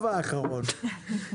האחרון,